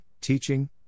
teaching